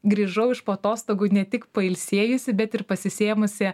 grįžau iš po atostogų ne tik pailsėjusi bet ir pasisėmusi